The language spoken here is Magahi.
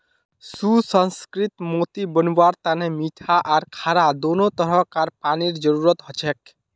सुसंस्कृत मोती बनव्वार तने मीठा आर खारा दोनों तरह कार पानीर जरुरत हछेक